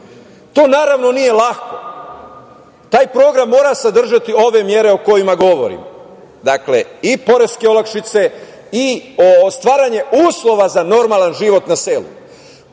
To naravno nije lako. Taj program mora sadržati mere o kojima govorim. Dakle, i poreske olakšice i stvaranje uslova za normalan život na selu.